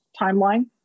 timeline